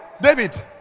David